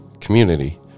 community